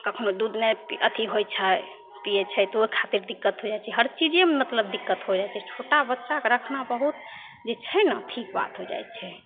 कखनहु दूध नहि पी अथी होइ छै पिए छै तऽ ओहि खातिर दिक्कत हो जाइ छै हर चीजेमे मतलब दिक्कत हो जाइ छै छोटा बच्चाके रखना बहुत जे छै ने अथीके बात होइ जाइ छै